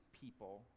people